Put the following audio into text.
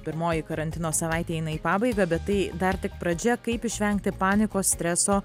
pirmoji karantino savaitė eina į pabaigą bet tai dar tik pradžia kaip išvengti panikos streso